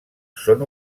són